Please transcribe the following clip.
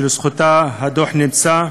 שלזכותה הדוח נמצא,